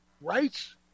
rights